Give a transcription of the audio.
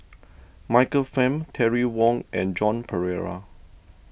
Michael Fam Terry Wong and Joan Pereira